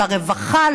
לרווחה,